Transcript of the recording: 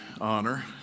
honor